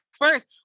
First